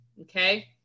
okay